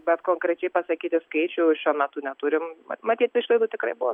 bet konkrečiai pasakyti skaičių šiuo metu neturim matyti išlaidų tikrai bus